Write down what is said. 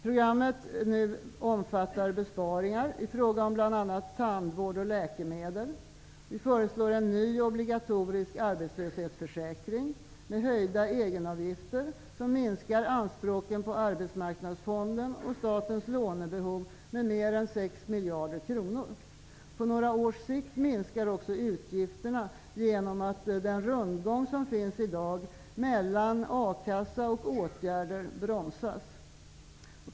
Programmet innehåller besparingar i fråga om bl.a. tandvård och läkemedel. Vi föreslår en ny, obligatorisk arbetslöshetsförsäkring med höjda egenavgifter, som minskar anspråken på arbetsmarknadsfonden och statens lånebehov med mer än 6 miljarder kronor. På några års sikt minskar också utgifterna genom att den rundgång som finns i dag mellan a-kassa och åtgärder bromsas.